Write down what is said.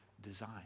design